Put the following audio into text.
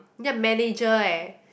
you are manager eh